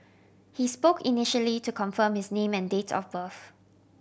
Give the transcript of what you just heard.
he spoke initially to confirm his name and date of birth